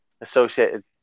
associated